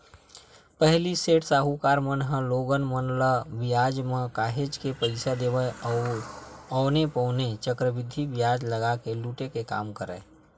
पहिली सेठ, साहूकार मन ह लोगन मन ल बियाज म काहेच के पइसा देवय अउ औने पौने चक्रबृद्धि बियाज लगा के लुटे के काम करय